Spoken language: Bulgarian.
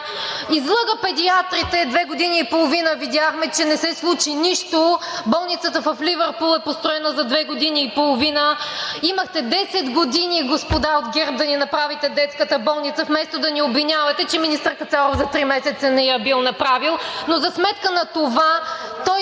Излъга педиатрите – две години и половина видяхме, че не се случи нищо. Болницата в Ливърпул е построена за две години и половина. Имахте 10 години, господа от ГЕРБ, да ни направите детската болница, вместо да ни обвинявате, че министър Кацаров за три месеца не я бил направил!